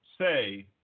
say